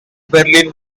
berlin